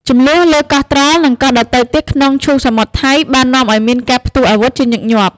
ជម្លោះលើកោះត្រល់ និងកោះដទៃទៀតក្នុងឈូងសមុទ្រថៃ បាននាំឱ្យមានការផ្ទុះអាវុធជាញឹកញាប់។